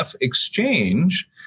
Exchange